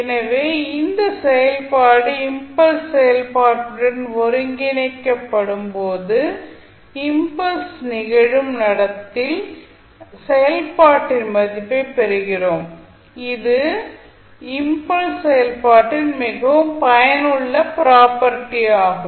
எனவே இந்த செயல்பாடு இம்பல்ஸ் செயல்பாட்டுடன் ஒருங்கிணைக்கப்படும் போது இம்பல்ஸ் நிகழும் இடத்தில் செயல்பாட்டின் மதிப்பைப் பெறுகிறோம் இது இம்பல்ஸ் செயல்பாட்டின் மிகவும் பயனுள்ள ப்ராப்பர்ட்டி ஆகும்